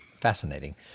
Fascinating